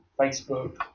Facebook